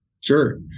Sure